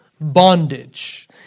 Bondage